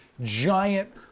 giant